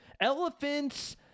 Elephants